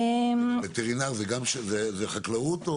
וטרינר זה חקלאות?